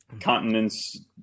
continents